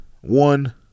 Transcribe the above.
one